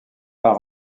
par